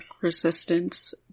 resistance